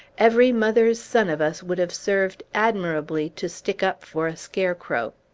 every mother's son of us would have served admirably to stick up for a scarecrow.